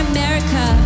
America